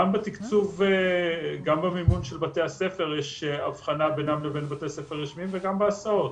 גם במימון של בתי הספר יש הבחנה בינם לבין בתי ספר רשמיים וגם בהסעות.